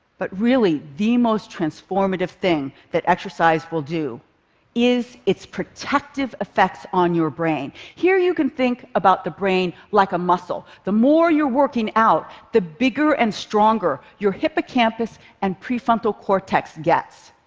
but really, the most transformative thing that exercise will do is its protective effects on your brain. here you can think about the brain like a muscle. the more you're working out, the bigger and stronger your hippocampus and prefrontal cortex gets.